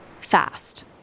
Fast